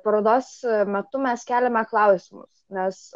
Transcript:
parodos metu mes keliame klausimus nes